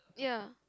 ya